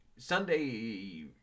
Sunday